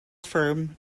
firm